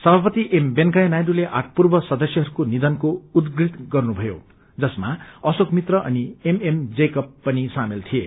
सभापति एप वेकैया नायडूले आठ पूर्व सदस्यहरूको निषनको उद्धृत गर्नुथयो जसमा अशोक मित्र अनि एमएम जैकव पनि सामेल विए